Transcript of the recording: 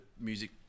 music